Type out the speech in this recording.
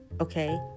Okay